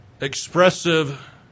expressive